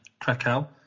Krakow